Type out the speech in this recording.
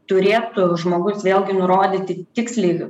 turėtų žmogus vėlgi nurodyti tiksliai ką